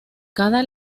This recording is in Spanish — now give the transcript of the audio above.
cada